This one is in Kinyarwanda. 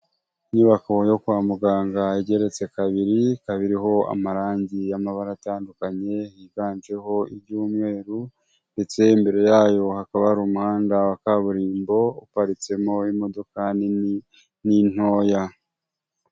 Inyubako yo kwa muganga igeretse kabiri, ikaba iriho amarangi y'amabara atandukanye, yiganjeho iryumweru ndetse imbere yayo hakaba hari umuhanda wa kaburimbo, uparitsemo imodoka nini n'intoya.